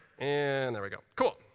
and there we go. cool.